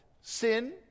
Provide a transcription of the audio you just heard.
sin